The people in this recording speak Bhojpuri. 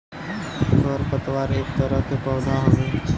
खर पतवार एक तरह के पौधा हउवे